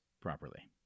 properly